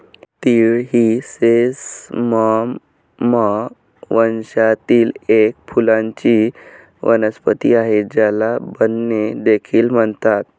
तीळ ही सेसमम वंशातील एक फुलांची वनस्पती आहे, ज्याला बेन्ने देखील म्हणतात